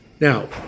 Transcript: Now